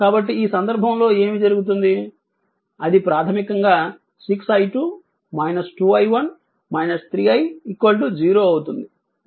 కాబట్టి ఈ సందర్భంలో ఏమి జరుగుతుంది అది ప్రాథమికంగా 6i 2 2i 1 3i 0 అవుతుంది